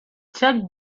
cheque